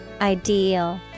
Ideal